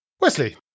Wesley